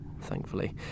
thankfully